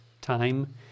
time